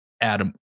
Adam